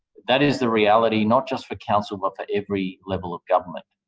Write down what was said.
that is the reality, not just for council but for every level of government.